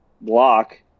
block